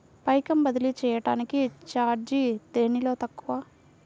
పైకం బదిలీ చెయ్యటానికి చార్జీ దేనిలో తక్కువ?